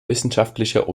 wissenschaftlicher